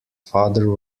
father